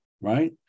right